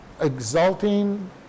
exulting